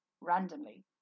randomly